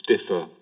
stiffer